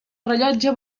rellotge